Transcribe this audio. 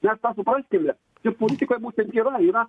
mes tą supraskime ir politikoje būtent yra yra